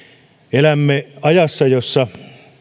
elämme ajassa jossa